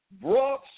brought